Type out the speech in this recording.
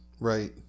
right